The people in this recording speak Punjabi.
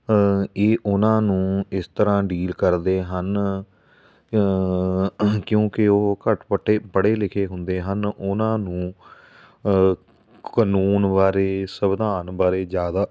ਇਹ ਉਹਨਾਂ ਨੂੰ ਇਸ ਤਰ੍ਹਾਂ ਡੀਲ ਕਰਦੇ ਹਨ ਕਿਉਂਕਿ ਉਹ ਘੱਟ ਪਟੇ ਪੜ੍ਹੇ ਲਿਖੇ ਹੁੰਦੇ ਹਨ ਉਹਨਾਂ ਨੂੰ ਕਾਨੂੰਨ ਬਾਰੇ ਸੰਵਿਧਾਨ ਬਾਰੇ ਜ਼ਿਆਦਾ